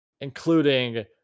including